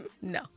no